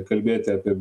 kalbėti apie